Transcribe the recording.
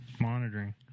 monitoring